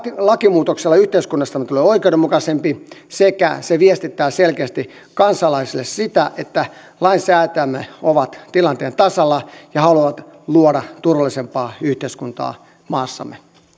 lakimuutoksella yhteiskunnastamme tulee oikeudenmukaisempi sekä se viestittää selkeästi kansalaisille sitä että lainsäätäjämme ovat tilanteen tasalla ja haluavat luoda turvallisempaa yhteiskuntaa maassamme